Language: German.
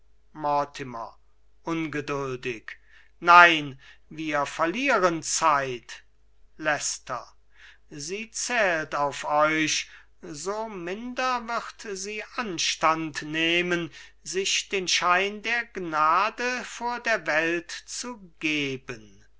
ungeduldig nein wir verlieren zeit leicester sie zählt auf euch so minder wird sie anstand nehmen sich den schein der gnade vor der welt zu geben